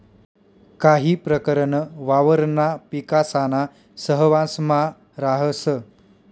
काही प्रकरण वावरणा पिकासाना सहवांसमा राहस